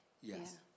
Yes